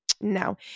No